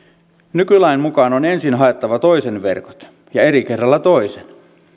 nykylain mukaan on ensin haettava toisen verkot ja eri kerralla toisen